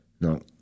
No